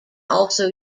also